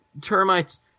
termites